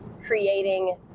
creating